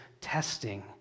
testing